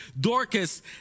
Dorcas